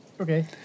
Okay